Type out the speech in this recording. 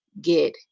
get